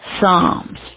Psalms